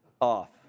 off